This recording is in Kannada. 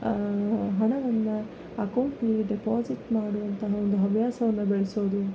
ಹಣವನ್ನು ಅಕೌಂಟ್ನಲ್ಲಿ ಡೆಪಾಸಿಟ್ ಮಾಡುವಂತಹ ಒಂದು ಹವ್ಯಾಸವನ್ನು ಬೆಳೆಸೋದು